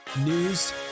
News